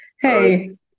Hey